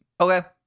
Okay